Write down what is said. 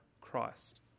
Christ